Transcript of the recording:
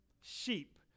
Sheep